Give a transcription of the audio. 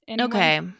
Okay